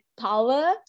power